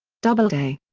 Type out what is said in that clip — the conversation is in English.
doubleday.